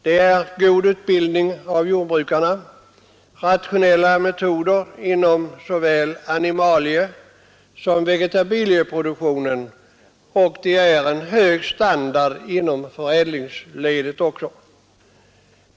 Det är god utbildning av jordbrukarna, rationella metoder inom såväl animaliesom vegetabilieproduktionen och en hög standard inom förädlingsledet.